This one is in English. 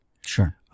Sure